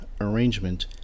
arrangement